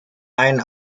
ein